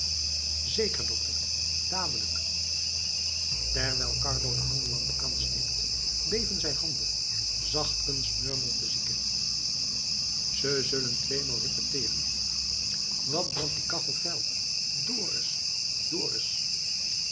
zeker dokter dadelijk terwijl carlo de hanglamp aansteekt beven zijn handen zachtkens murmelt de zieke ze zullen tweemaal repeteeren wat brandt die kachel fel dorus dorus